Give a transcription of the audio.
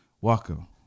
Welcome